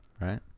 Right